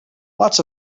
lots